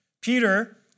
Peter